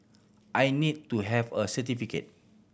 I need to have a certificate